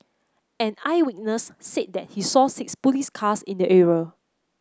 an eyewitness said that he saw six police cars in the area